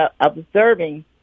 observing